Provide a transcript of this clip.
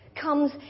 comes